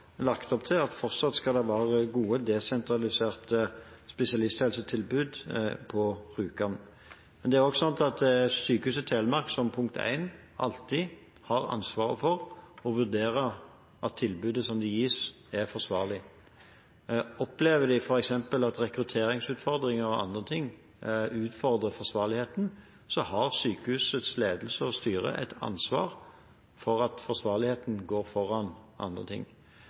lagt opp til at det fortsatt skal være gode desentraliserte spesialisthelsetilbud på Rjukan. Men det er også slik at Sykehuset Telemark som punkt 1 alltid har ansvaret for å vurdere at tilbudet som gis, er forsvarlig. Opplever de f.eks. at rekrutteringsutfordringer og andre ting utfordrer forsvarligheten, har sykehusets ledelse og styre et ansvar for at forsvarligheten går foran andre ting.